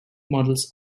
models